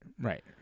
right